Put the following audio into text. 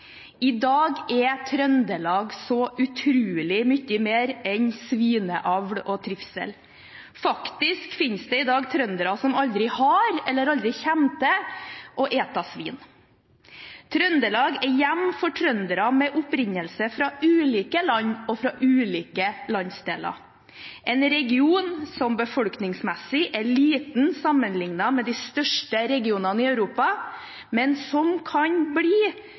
I dag er Trøndelag så utrolig mye mer enn svineavl og trivsel. Faktisk finnes det i dag trøndere som aldri har spist eller aldri kommer til å spise svin. Trøndelag er hjem for trøndere med opprinnelse fra ulike land og fra ulike landsdeler – en region som befolkningsmessig er liten, sammenlignet med de største regionene i Europa, men som kan bli